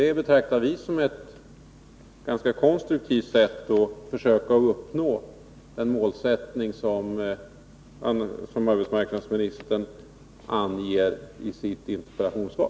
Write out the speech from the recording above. Det betraktar vi som ett ganska konstruktivt sätt att försöka uppnå det mål som arbetsmarknadsministern anger i sitt interpellationssvar.